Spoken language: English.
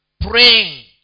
praying